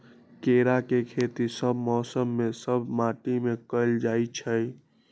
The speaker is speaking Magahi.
केराके खेती सभ मौसम में सभ माटि में कएल जाइ छै